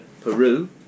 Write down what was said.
Peru